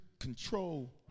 Control